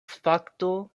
fakto